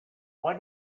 why